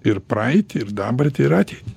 ir praeitį ir dabartį ir ateitį